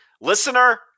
listener